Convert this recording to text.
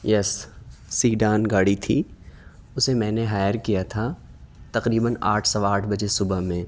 یس sedan گاڑی تھی اسے میں نے ہائر کیا تھا تقریباً آٹھ سوا آٹھ بجے صبح میں